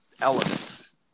elements